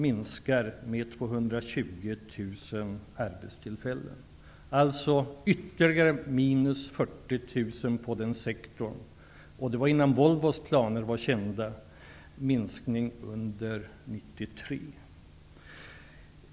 Jag har samma uppgift själv, som skall presenteras i morgon. Det betyder ytterligare minus 40 000 arbetstillfällen på den här sektorn, innan Volvos planer var kända för 1993.